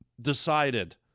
decided